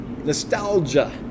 nostalgia